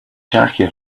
jackie